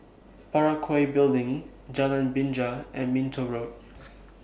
Parakou Building Jalan Binja and Minto Road